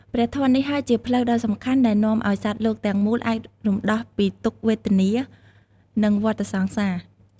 ព្រះធម៌នេះហើយជាផ្លូវដ៏សំខាន់ដែលនាំឲ្យសត្វលោកទាំងមូលអាចរំដោះពីទុក្ខវេទនា និងវដ្តសង្សារ។